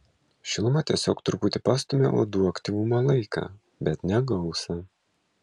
šiluma tiesiog truputį pastumia uodų aktyvumo laiką bet ne gausą